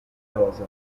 rosa